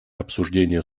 обсуждение